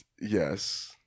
Yes